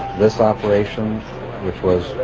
this operation which was,